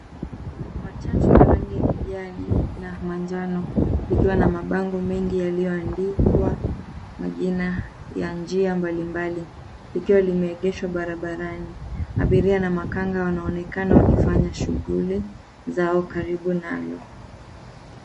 Matatu ya rangi ya kijani na manjano likiwa na mabango mengi yaliyoandikwa majina ya njia mbalimbali likiwa limeegeshwa barabarani. Abiria na makanga wanaonekana wakifanya shughuli zao karibu nalo.